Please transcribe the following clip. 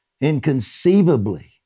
Inconceivably